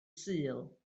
sul